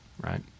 right